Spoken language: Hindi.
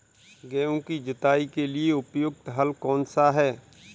गेहूँ की जुताई के लिए प्रयुक्त हल कौनसा है?